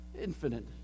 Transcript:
infinite